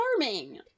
charming